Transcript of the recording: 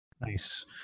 Nice